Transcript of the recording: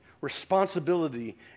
responsibility